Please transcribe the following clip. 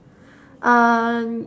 uh